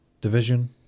Division